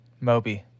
Moby